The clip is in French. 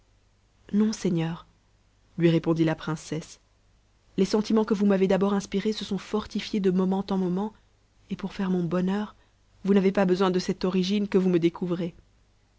non seigneur lui répondit la princesse les sentiments que vous m'avez d'abord inspirés se sont fortifiés de moment en moment et pour faire mon bonheur vous n'avez pas besoin de cette origine que vous me dééouvrez